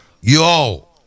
Yo